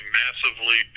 massively